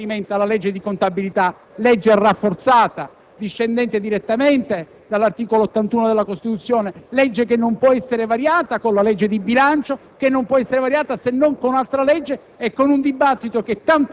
a fare. Siamo contrari, dicevo, con riferimento alla legge di contabilità, una legge rafforzata, discendente direttamente dall'articolo 81 della Costituzione, che non può essere variata con la legge di bilancio,